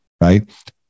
Right